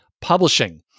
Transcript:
Publishing